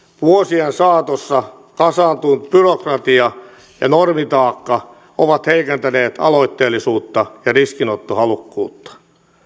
vuosien saatossa kasaantunut byrokratia ja normitaakka ovat heikentäneet aloitteellisuutta ja riskinottohalukkuutta